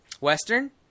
Western